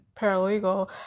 paralegal